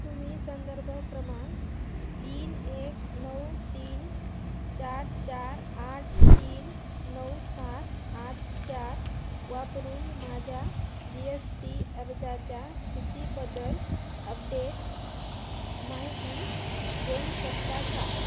तुम्ही संदर्भ क्रमांक तीन एक नऊ तीन चार चार आठ तीन नऊ सात आठ चार वापरून माझ्या जी एस टी अर्जाच्या स्थितीबद्दल अपडेट माहिती देऊ शकता का